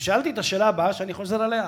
ושאלתי את השאלה הבאה, שאני חוזר עליה: